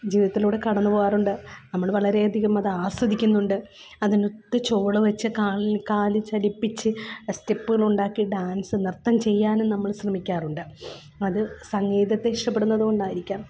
ജീവിതത്തിലൂടെ കടന്നുപോകാറുണ്ട് നമ്മള് വളരെയധികം അതാസ്വദിക്കുന്നുണ്ട് അതിനൊത്ത് ചുവടുവച്ച് കാല് കാല് ചലിപ്പിച്ച് സ്റ്റെപ്പുകളുണ്ടാക്കി ഡാൻസ് നൃത്തം ചെയ്യാനും നമ്മള് ശ്രമിക്കാറുണ്ട് അത് സംഗീതത്തെ ഇഷ്ടപ്പെടുന്നത് കൊണ്ടായിരിക്കാം